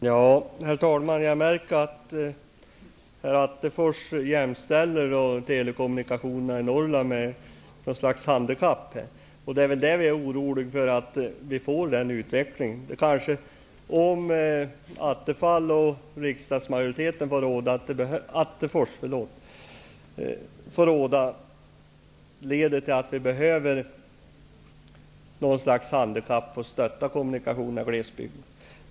Herr talman! Jag märker att herr Attefors jämställer telekommunikationerna i Norrland med något slags handikapp. Vi är oroliga för att vi får den utvecklingen. Om Attefors och riksdagsmajoriteten får råda leder det till att vi behöver något slags handikapp för att stötta kommunikationerna i glesbygden.